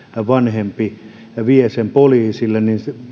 vanhempi vie sen poliisille